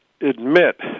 admit